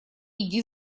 иди